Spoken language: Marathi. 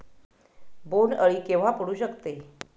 बोंड अळी केव्हा पडू शकते?